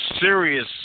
serious